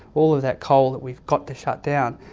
all of that coal that we've got to shut down,